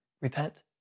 repent